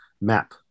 map